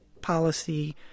policy